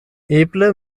eble